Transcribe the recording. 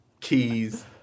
keys